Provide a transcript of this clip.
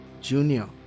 Junior